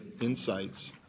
insights